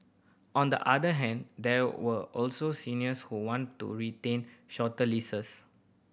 on the other hand there were also seniors who want to retain shorter leases